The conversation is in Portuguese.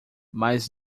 mas